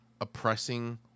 oppressing